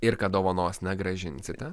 ir kad dovanos negrąžinsite